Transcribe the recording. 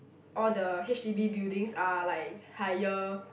all the H_D_B buildinga are like higher